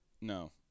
No